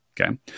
Okay